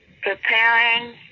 Preparing